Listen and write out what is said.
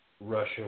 Russia